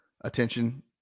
attention